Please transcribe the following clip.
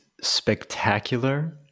spectacular